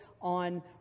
on